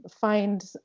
find